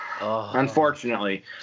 Unfortunately